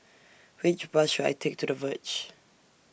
Which Bus should I Take to The Verge